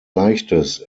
leichtes